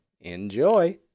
Enjoy